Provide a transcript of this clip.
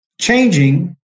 changing